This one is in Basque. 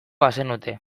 bazenute